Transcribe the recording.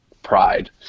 pride